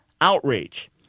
outrage